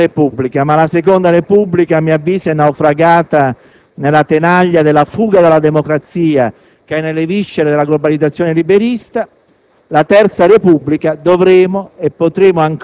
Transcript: Il presidente Cossiga, certo, è uomo della Prima Repubblica, ma la Seconda Repubblica, a mio avviso, è naufragata nella tenaglia della fuga dalla democrazia, che è nelle viscere della globalizzazione liberista;